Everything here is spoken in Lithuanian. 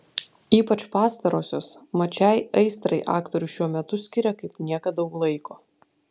ypač pastarosios mat šiai aistrai aktorius šiuo metu skiria kaip niekad daug laiko